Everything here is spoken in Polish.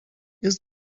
jest